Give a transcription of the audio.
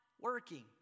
working